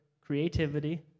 creativity